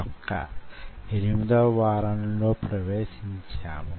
ఇప్పుడు మనం 8 వ వారంలో 2 వ ఉపన్యాసాన్ని ఆరంభిద్దాము